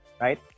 right